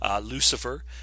Lucifer